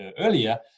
earlier